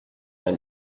rien